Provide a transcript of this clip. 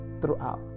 throughout